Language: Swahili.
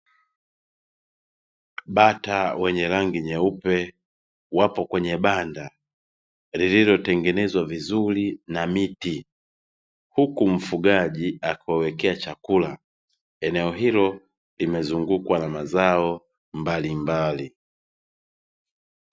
Bata wenye rangi nyeupe wapo kwenye banda lililotengenezwa vizuri na miti huku mfugaji akiwaekea chakula. Eneo hilo limezungukwa na mazao mbalimbali.